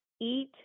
eat